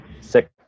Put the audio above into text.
six